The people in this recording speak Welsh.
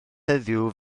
heddiw